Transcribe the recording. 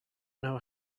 know